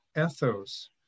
ethos